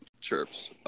chirps